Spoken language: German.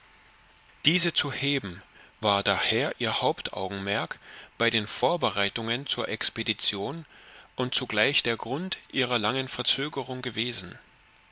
diese zu heben war daher ihr hauptaugenmerk bei den vorbereitungen zur expedition und zugleich der grund ihrer langen verzögerung gewesen